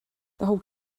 whole